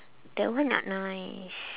that one not nice